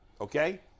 Okay